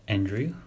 Andrew